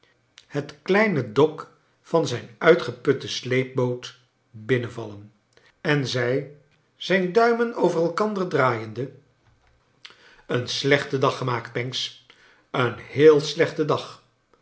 het kleine dok van zijn uitgeputte sleepboot binnenvallen en zei zijn duimen over elkander draaiende een slechten dag gemaakt pancks een heel slechten dag